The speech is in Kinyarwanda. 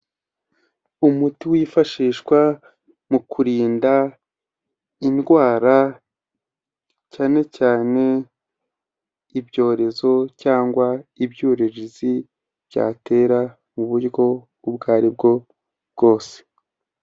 Umuti wifashishwa mu kurinda indwara, cyane cyane ibyorezo cyangwa ibyuririzi byatera mu buryo ubwo aribwo bwose.